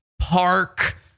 Park